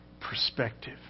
perspective